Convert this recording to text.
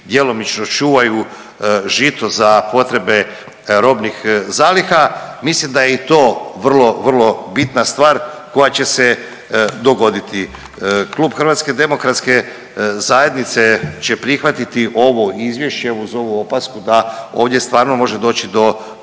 djelomično čuvaju žito za potrebe robnih zaliha, mislim da je i to vrlo, vrlo bitna stvar koja će se dogoditi. Klub HDZ-a će prihvatiti ovo izvješće uz ovu opasku da ovdje stvarno može doći do